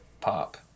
pop